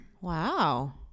Wow